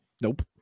Nope